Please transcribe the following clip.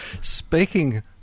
Speaking